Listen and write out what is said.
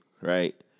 right